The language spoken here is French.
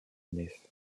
nef